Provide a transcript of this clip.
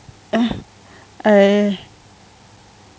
I